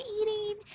eating